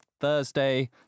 Thursday